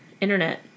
internet